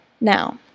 Now